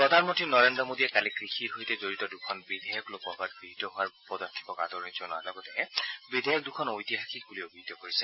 প্ৰধানমন্তী নৰেদ্ৰ মোডীয়ে কালি কৃষিৰ সৈতে জড়িত দুখন বিধেয়ক লোকসভাত গৃহীত হোৱাৰ পদক্ষেপক আদৰণি জনোৱাৰ লগতে বিধেয়ক দুখনক ঐতিহাসিক বুলি অভিহিত কৰিছে